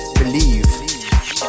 believe